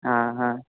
ആ ആ